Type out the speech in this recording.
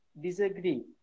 disagree